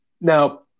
Now